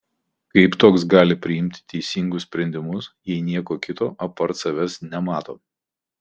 kaip toks gali priimt teisingus sprendimus jei nieko kito apart savęs nemato